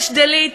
יש delete,